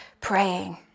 praying